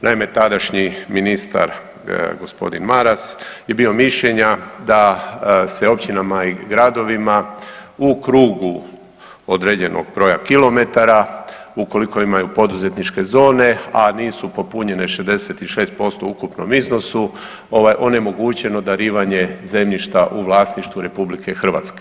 Naime, tadašnji ministar gospodin Maras je bio mišljenja da se općinama i gradovima u krugu određenog broja kilometara ukoliko imaju poduzetničke zone, a nisu popunjene 66% u ukupnom iznosu ovaj onemogućeno darivanje zemljišta u vlasništvu RH.